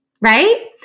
right